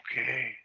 okay